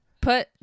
Put